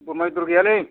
बोरमा बेदर गैयालै